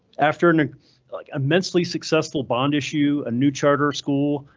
after an like immensely successful bond issue, a new charter school,